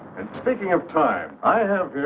and speaking of time i have.